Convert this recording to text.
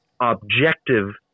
objective